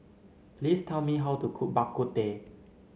please tell me how to cook Bak Kut Teh